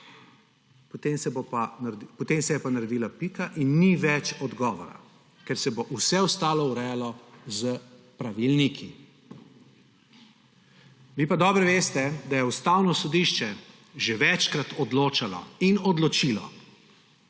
potem je pa naredila pika in ni več odgovora, ker se bo vse ostalo urejalo s pravilniki. Vi pa dobro veste, da je Ustavno sodišče že večkrat odločalo in odločilo,